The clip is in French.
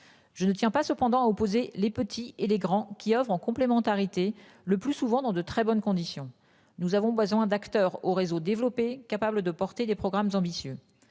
Je ne tiens pas cependant opposé les petits et les grands qui offre en complémentarité. Le plus souvent dans de très bonnes conditions. Nous avons besoin d'acteurs au réseau développé capables de porter des programmes ambitieux.